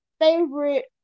favorite